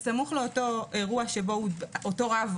בסמוך לאותו אירוע שאותו רב,